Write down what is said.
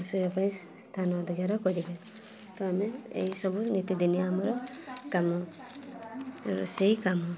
ଶୋଇବା ପାଇଁ ସ୍ଥାନ ଅଧିକାର କରିବେ ତ ଆମେ ଏଇ ସବୁ ନିତିଦିନିଆ ଆମର କାମ ରୋଷେଇ କାମ